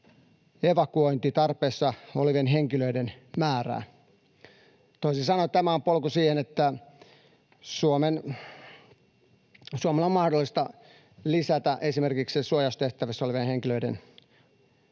evakuointitarpeessa olevien henkilöiden määrää. Toisin sanoen tämä on polku siihen, että Suomen on mahdollista lisätä esimerkiksi suojaustehtävissä olevien henkilöiden mukaan